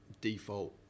default